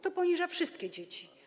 To poniża wszystkie dzieci.